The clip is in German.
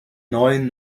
neuen